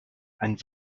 and